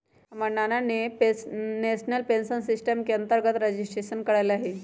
हमर नना ने नेशनल पेंशन सिस्टम के अंतर्गत रजिस्ट्रेशन करायल हइ